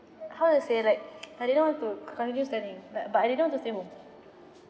how to say like I didn't want to continue studying but but I didn't want to stay home